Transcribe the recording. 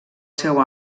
seu